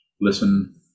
listen